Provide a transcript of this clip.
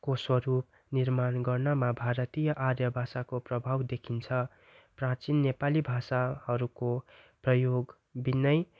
को स्वरूप निर्माण गर्नुमा भारतीय आर्य भाषाको प्रभाव देखिन्छ प्राचीन नेपाली भाषाहरूको प्रयोग भिन्नै